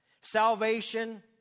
salvation